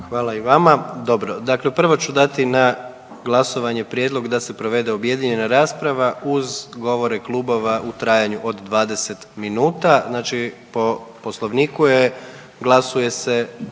Dobro, dakle prvo ću dati na glasovanje prijedlog da se provede objedinjena rasprava uz govore klubova u trajanju od 20 minuta. Znači po Poslovniku je, glasuje se